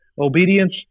obedience